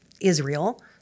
Israel